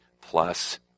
Plus